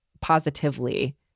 positively